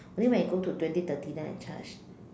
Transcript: only when it go twenty thirty then I charge